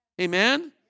Amen